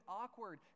awkward